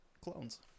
clones